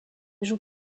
joue